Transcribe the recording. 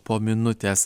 po minutės